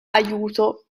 aiuto